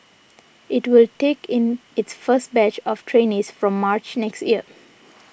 it will take in its first batch of trainees from March next year